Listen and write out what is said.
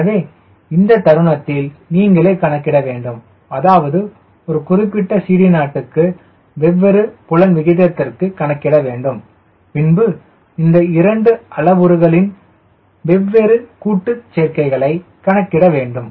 எனவே இந்த தருணத்தில் நீங்களே கணக்கிட வேண்டும் அதாவது ஒரு குறிப்பிட்ட CD0 க்கு வெவ்வேறு புலன் விகிதத்திற்கு கணக்கிட வேண்டும் பின்பு இந்த இரண்டு அளவுருகளின் வெவ்வேறு கூட்டுசேர்க்கைகளை கணக்கிடவேண்டும்